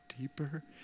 deeper